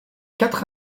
quatre